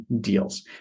deals